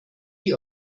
die